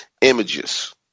images